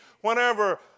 whenever